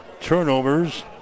turnovers